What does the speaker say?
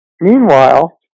Meanwhile